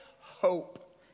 hope